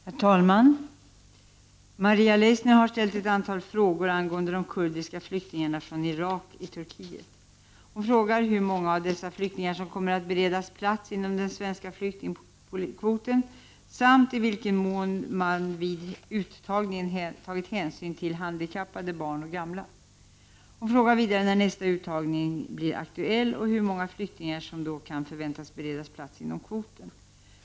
Herr talman! Maria Leissner har ställt ett antal frågor angående de kurdiska flyktingarna från Irak i Turkiet. Hon frågar hur många av dessa flyktingar som kommer att beredas plats inom den svenska flyktingkvoten samt i vilken mån man vid uttagningen tagit hänsyn till handikappade, barn och gamla. Hon frågar vidare när nästa uttagning blir aktuell och hur många flyktingar som då kan förväntas beredas plats inom kvoten.